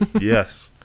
Yes